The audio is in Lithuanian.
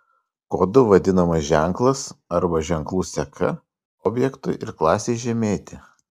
kodu vadinamas ženklas arba ženklų seka objektui ir klasei žymėti